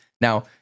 Now